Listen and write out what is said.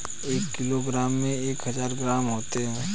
एक किलोग्राम में एक हजार ग्राम होते हैं